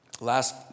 last